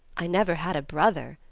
i never had a brother,